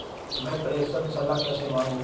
मैं प्रेषण सलाह कैसे मांगूं?